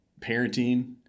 parenting